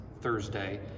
Thursday